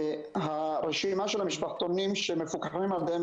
שהם בעצם הכלי המשלים לחוסר במעונות שיש במדינת